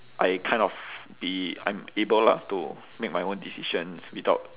I kind of be I'm able lah to make my own decisions without